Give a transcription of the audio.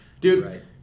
Dude